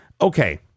okay